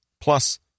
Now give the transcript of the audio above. Plus